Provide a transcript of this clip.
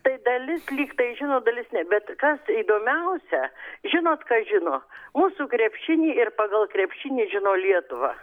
tai dalis lygtai žino dalis ne bet kas įdomiausia žinot kas žino mūsų krepšinį ir pagal krepšinį žino lietuvą